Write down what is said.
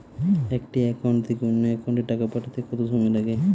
একটি একাউন্ট থেকে অন্য একাউন্টে টাকা পাঠাতে কত সময় লাগে?